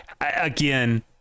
again